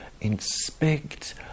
inspect